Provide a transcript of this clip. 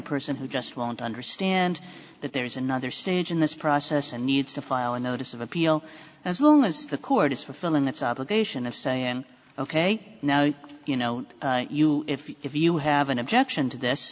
a person who just won't understand that there is another stage in this process and needs to file a notice of appeal as long as the court is fulfilling its obligation of saying ok now you know you if you have an objection to this